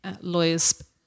lawyers